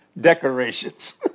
decorations